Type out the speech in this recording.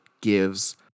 gives